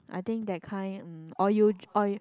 I thing that kind um or you j~ or you